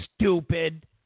stupid